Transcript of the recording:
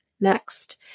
Next